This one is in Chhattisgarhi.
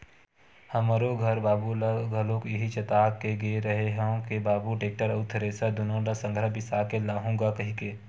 हमरो घर बाबू ल घलोक इहीं चेता के गे रेहे हंव के बाबू टेक्टर अउ थेरेसर दुनो ल संघरा बिसा के लाहूँ गा कहिके